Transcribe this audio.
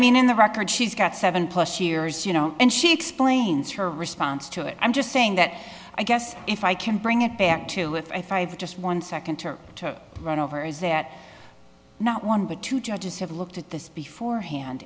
mean in the record she's got seven plus years you know and she explains her response to it i'm just saying that i guess if i can bring it back to with i five just one second term to run over is that not one but two judges have looked at this before hand